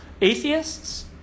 Atheists